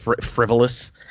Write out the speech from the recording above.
frivolous